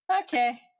Okay